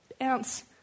ounce